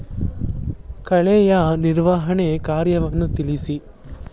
ಕಳೆಯ ನಿರ್ವಹಣಾ ಕಾರ್ಯವನ್ನು ತಿಳಿಸಿ?